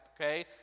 okay